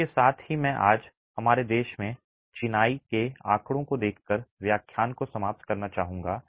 इसके साथ ही मैं आज हमारे देश में चिनाई के आँकड़ों को देखकर व्याख्यान को समाप्त करना चाहूंगा